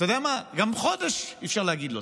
גם חודש אי-אפשר להגיד לו.